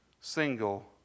single